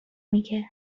میگه